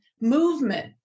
movement